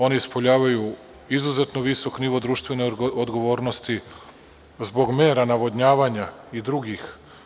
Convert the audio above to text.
Oni ispoljavaju izuzetno visok nivo društvene odgovornosti zbog mera navodnjavanja i drugih.